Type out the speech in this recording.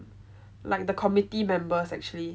like the committee members actually